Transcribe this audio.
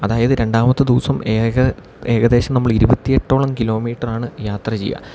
അതായത് രണ്ടാമത്തെ ദിവസം ഏക ഏകദേശം ഇരുപത്തിയെട്ടോളം കിലോമീറ്ററാണ് യാത്ര ചെയ്യുക